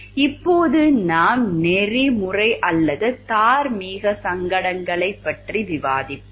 இப்போது நாம் நெறிமுறை அல்லது தார்மீக சங்கடங்களைப் பற்றி விவாதிப்போம்